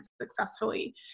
successfully